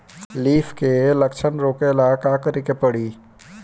Leaf curl लक्षण रोकेला का करे के परी?